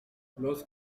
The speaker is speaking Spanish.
los